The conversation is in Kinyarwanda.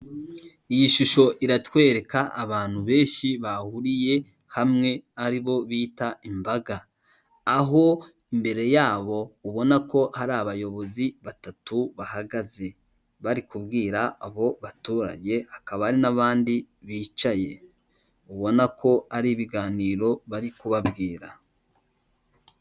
Iyi shusho iratwereka abantu benshi bahuriye hamwe ari bo bita imbaga, aho imbere yabo ubona ko hari abayobozi batatu bahagaze bari kubwira abo baturage,h akaba hari n'abandi bicaye ubona ko ari ibiganiro bari kubabwira.